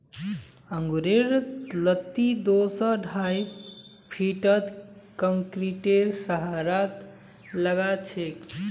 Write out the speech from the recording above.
अंगूरेर लत्ती दो स ढाई फीटत कंक्रीटेर सहारात लगाछेक